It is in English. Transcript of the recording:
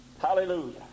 Hallelujah